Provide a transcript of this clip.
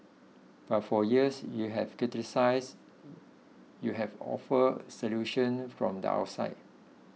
but for years you have criticised you have offered solutions from the outside